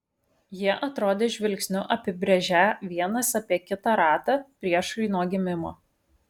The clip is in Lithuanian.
jie atrodė žvilgsniu apibrėžią vienas apie kitą ratą priešai nuo gimimo